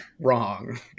Wrong